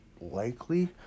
likely